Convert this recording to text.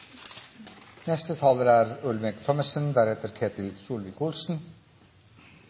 Neste taler er